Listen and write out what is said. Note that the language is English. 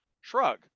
shrug